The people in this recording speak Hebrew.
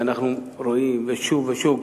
ואנחנו רואים שוב ושוב.